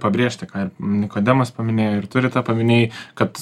pabrėžti kad nikodemas paminėjo ir tu rita paminėjai kad